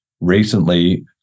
recently